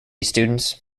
students